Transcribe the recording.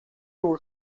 were